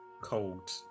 cold